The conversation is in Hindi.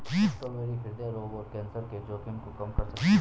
स्ट्रॉबेरी हृदय रोग और कैंसर के जोखिम को कम कर सकती है